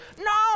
No